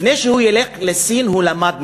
לפני שהוא ילך לסין, הוא למד מהם.